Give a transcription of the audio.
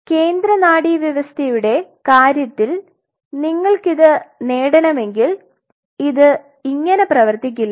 എന്നാൽ കേന്ദ്ര നാഡീവ്യവസ്ഥയുടെ കാര്യത്തിൽ നിങ്ങൾക്കിത് നേടണമെങ്കിൽ ഇത് ഇങ്ങനെ പ്രവർത്തിക്കില്ല